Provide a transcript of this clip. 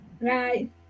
right